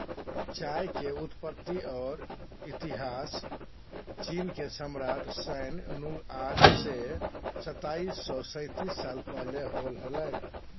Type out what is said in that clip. चाय के उत्पत्ति और इतिहासचीनके सम्राटशैन नुंगआज से सताइस सौ सेतीस साल पहले होलय हल